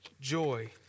joy